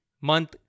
month